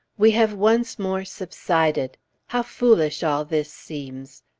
we have once more subsided how foolish all this seems!